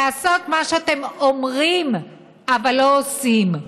לעשות מה שאתם אומרים אבל לא עושים,